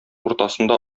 уртасында